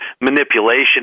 manipulation